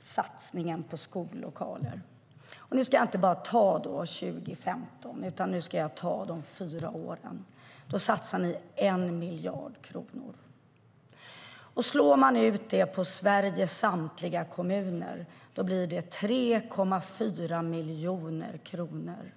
satsningen på skollokaler. Jag ska inte bara tala om 2015 utan om de kommande fyra åren. Ni satsar 1 miljard kronor. Fördelat på Sveriges samtliga kommuner blir det 3,4 miljoner kronor.